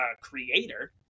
creator